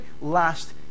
last